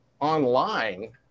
online